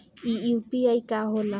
ई यू.पी.आई का होला?